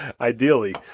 Ideally